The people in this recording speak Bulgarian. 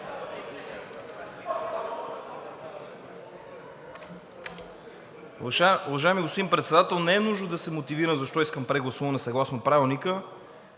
Уважаеми господин Председател, не е нужно да се мотивирам защо искам прегласуване съгласно Правилника,